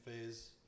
phase